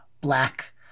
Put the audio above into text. Black